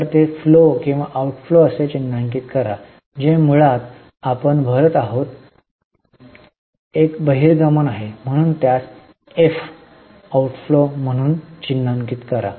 तर च ते फ्लो किंवा आउटफ्लो असे चिन्हांकित करा जे मुळात आपण भरत आहोत एक बहिर्गमन आहे म्हणून त्यास एफ आउटफ्लो म्हणून चिन्हांकित करा